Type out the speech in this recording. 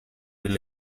del